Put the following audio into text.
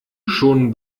schon